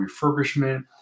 refurbishment